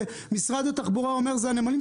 ומשרד התחבורה אומר שזה הנמלים.